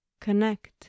connect